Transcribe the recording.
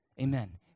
Amen